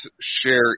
share